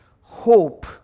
hope